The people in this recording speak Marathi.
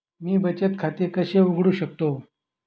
मी बचत खाते कसे उघडू शकतो?